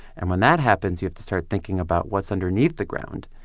and when that happens, you have to start thinking about what's underneath the ground.